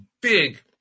big